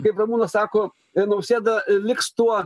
kaip ramūnas sako nausėda liks tuo